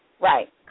Right